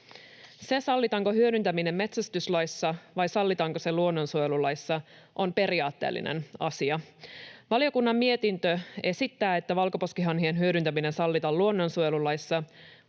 Se, sallitaanko hyödyntäminen metsästyslaissa vai sallitaanko se luonnonsuojelulaissa, on periaatteellinen asia. Valiokunnan mietintö esittää, että valkoposkihanhien hyödyntäminen sallitaan luonnonsuojelulaissa.